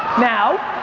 now,